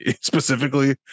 specifically